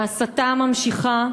ההסתה ממשיכה,